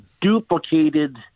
duplicated